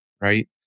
right